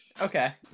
Okay